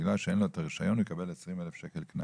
בגלל שאין לו את הרישיון הוא יקבל 20,000 שקל כנס?